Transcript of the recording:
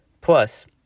Plus